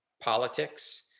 politics